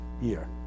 year